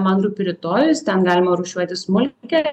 man rūpi rytojus ten galima rūšiuoti smulkią